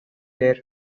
there